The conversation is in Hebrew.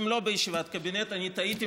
כל קבוצה וקבוצה